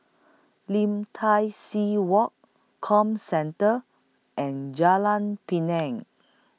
Lim Tai See Walk Comcentre and Jalan Pinang